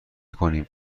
کنیم